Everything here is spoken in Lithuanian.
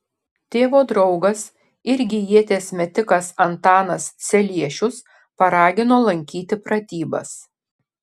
tėvo draugas irgi ieties metikas antanas celiešius paragino lankyti pratybas